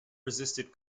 resisted